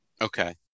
Okay